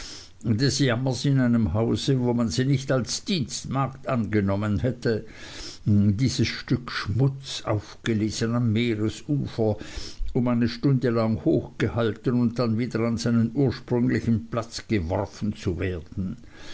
in einem hause wo man sie nicht als dienstmagd angenommen hätte dieses stück schmutz aufgelesen am meeresufer um eine stunde lang hochgehalten und dann wieder an seinen ursprünglichen platz geworfen zu werden